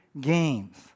games